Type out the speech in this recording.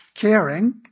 caring